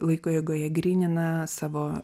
laiko eigoje grynina savo